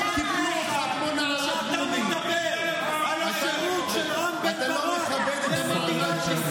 רק אנשים בדמותו וצלמו נכנסו לרשימה של יש עתיד.